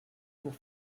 pour